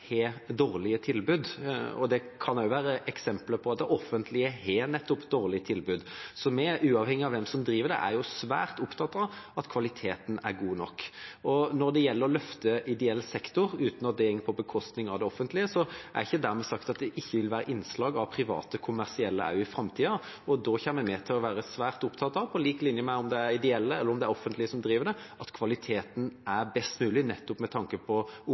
har dårlige tilbud. Det kan også være eksempler på at det offentlige har dårlige tilbud. Uavhengig av hvem som driver det, er vi svært opptatt av at kvaliteten er god nok. Når det gjelder å løfte ideell sektor uten at det går på bekostning av det offentlige, er det ikke dermed sagt at det ikke vil være innslag av private, kommersielle også i framtida. Da kommer vi til å være svært opptatt av – på lik linje med om det er ideelle eller offentlige som driver det – at kvaliteten er best mulig, med tanke på